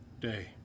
day